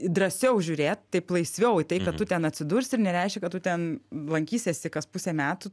drąsiau žiūrėt taip laisviau į tai kad tu ten atsidursi ir nereiškia kad tu ten lankysiesi kas pusę metų